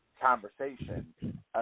conversation